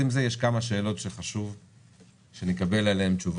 נמצאים פה גם נציגים של משרד התחבורה